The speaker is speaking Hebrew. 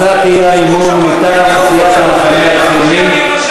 הצעת האי-אמון מטעם סיעת המחנה הציוני, מי בעד?